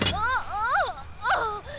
oh